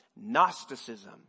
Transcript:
Gnosticism